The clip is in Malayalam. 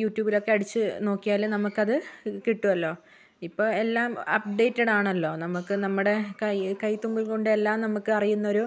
യൂട്യൂബിലൊക്കെ അടിച്ചു നോക്കിയാൽ നമുക്കത് കിട്ടുമല്ലോ ഇപ്പോൾ എല്ലാം അപ്ഡേറ്റഡ് ആണല്ലോ നമുക്ക് നമ്മുടെ കൈ കൈത്തുമ്പിൽ കൊണ്ട് എല്ലാം നമുക്ക് അറിയുന്നൊരു